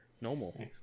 normal